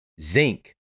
Zinc